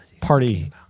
party